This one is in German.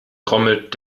trommelt